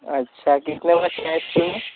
अच्छा कितने बच्चे हैं इस्कूल में